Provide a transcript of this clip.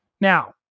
Now